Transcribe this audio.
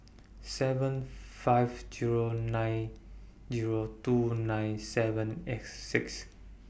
seven five Zero nine Zero two nine seven eight six